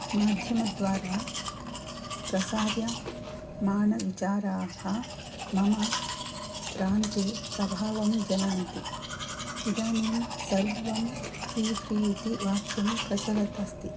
माध्यमद्वारा प्रसार्यमाणविचाराः मम प्रान्ते प्रभावं जनयन्ति इदानीं सर्वं फ़्री फ़्री इति वाक्यं प्रचलत् अस्ति